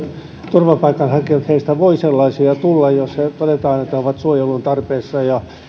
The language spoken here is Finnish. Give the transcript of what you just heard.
turvapaikanhakijoita heistä voi sellaisia tulla jos todetaan että he ovat suojelun tarpeessa